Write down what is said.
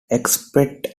except